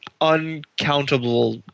uncountable